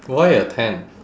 why a tent